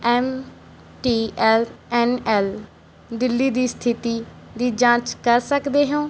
M T L N L Delhi ਦੀ ਸਥਿਤੀ ਦੀ ਜਾਂਚ ਕਰ ਸਕਦੇ ਹੋ